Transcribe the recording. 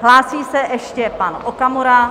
Hlásí se ještě pan Okamura.